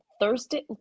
Thursday